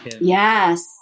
yes